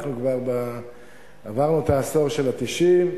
כבר עברנו את העשור של ה-90,